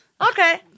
Okay